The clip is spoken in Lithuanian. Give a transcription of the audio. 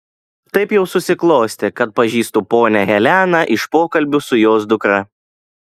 taip jau susiklostė kad pažįstu ponią heleną iš pokalbių su jos dukra